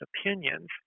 opinions